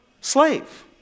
slave